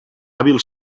hàbil